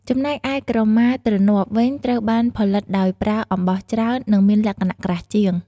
ចំណែកឯ ក្រមាទ្រនាប់ វិញ ត្រូវបានផលិតដោយប្រើអំបោះច្រើន និងមានលក្ខណៈក្រាស់ជាង។